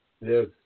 Yes